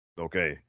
okay